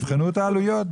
תבחנו את העלויות.